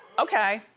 okay.